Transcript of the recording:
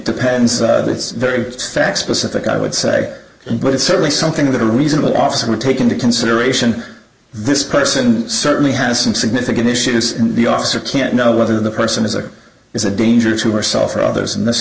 depends it's very stack specific i would say but it's certainly something that a reasonable officer would take into consideration this person certainly has some significant issues and the officer can't know whether the person is or is a danger to herself or others in this